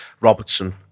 Robertson